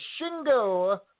Shingo